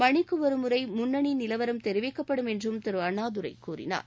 மணிக்கு ஒருமுறை முன்னணி நிலவரம் தெரிவிக்கப்படும் என்றும் திரு அண்ணாதுரை கூறினார்